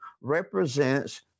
represents